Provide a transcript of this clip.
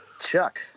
Chuck